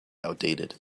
outdated